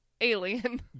alien